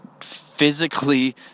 physically